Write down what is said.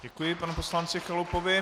Děkuji panu poslanci Chalupovi.